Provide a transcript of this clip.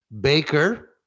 Baker